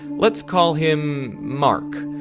let's call him. mark.